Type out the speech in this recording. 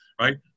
right